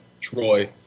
Troy